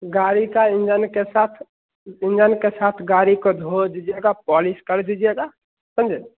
गाड़ी का इंजन के साथ इंजन के साथ गाड़ी को धो दीजिएगा पॉलिश कर दीजिएगा समझे